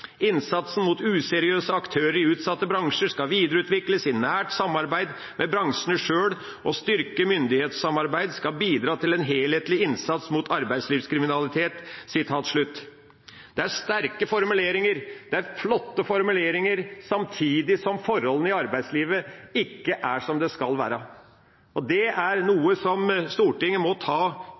Innsatsen mot useriøse aktører i utsatte bransjer skal videreutvikles i nært samarbeid med bransjene selv, og styrket myndighetssamarbeid skal bidra til en helhetlig innsats mot arbeidslivskriminalitet.» Det er sterke formuleringer. Det er flotte formuleringer, samtidig som forholdene i arbeidslivet ikke er som de skal være. Det er noe som Stortinget må ta